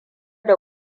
da